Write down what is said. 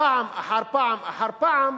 פעם אחר פעם אחר פעם